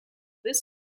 this